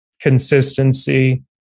consistency